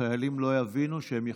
החיילים לא יבינו שהם יכולים.